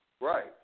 Right